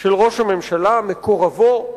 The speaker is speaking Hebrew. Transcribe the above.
של ראש הממשלה, מקורבו,